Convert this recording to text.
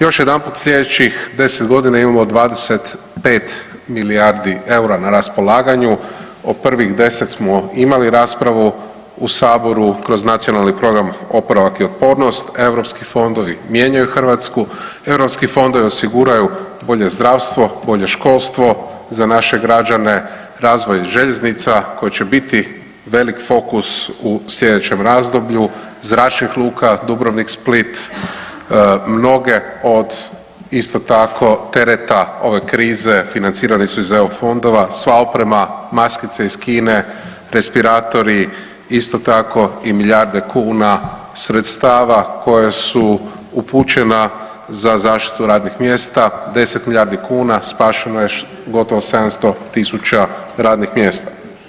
Još jedanput slijedećih 10.g. imamo 25 milijardi eura na raspolaganju, o prvih 10 smo imali raspravu u saboru kroz NPOO, europski fondovi mijenjaju Hrvatsku, europski fondovi osiguraju bolje zdravstvo, bolje školstvo za naše građane, razvoj željeznica koji će biti velik fokus u slijedećem razdoblju, zračnih luka Dubrovnik, Split, mnoge od isto tako tereta ove krize, financirane su iz eu fondova, sva oprema, maskice iz Kine, respiratori isto tako i milijarde kuna sredstava koja su upućena za zaštitu radnih mjesta, 10 milijardi kuna spašeno je gotovo 700.000 radnih mjesta.